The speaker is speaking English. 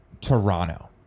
Toronto